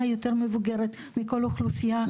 היא יותר מבוגרת יותר מכל אוכלוסייה אחרת,